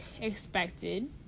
expected